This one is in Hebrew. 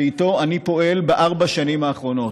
שאיתו אני פועל בארבע השנים האחרונות.